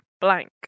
blank